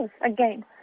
again